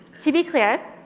to be clear,